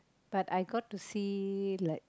but I got to see like